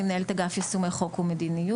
אני מנהלת אגף יישומי חוק ומדיניות,